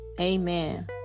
Amen